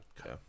Okay